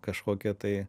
kažkokią tai